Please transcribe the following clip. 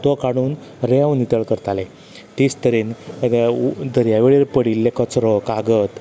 तो कडून रेंव नितळ करताले तेंच तरेन दर्या वेळेर पडिल्ले कचरो कागद